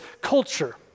culture